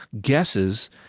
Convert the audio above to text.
guesses